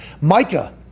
Micah